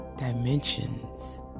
Dimensions